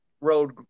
road